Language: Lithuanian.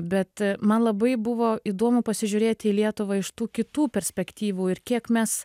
bet man labai buvo įdomu pasižiūrėti į lietuvą iš tų kitų perspektyvų ir kiek mes